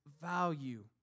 value